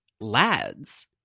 lads